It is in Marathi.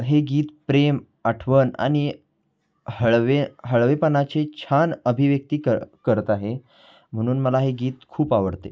हे गीत प्रेम आठवण आणि हळवे हळवेपणाचे छान अभिव्यक्ती कर करत आहे म्हणून मला हे गीत खूप आवडते